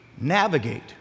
navigate